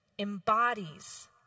embodies